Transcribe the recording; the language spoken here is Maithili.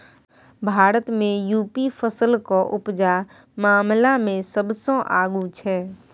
भारत मे युपी फसलक उपजा मामला मे सबसँ आगु छै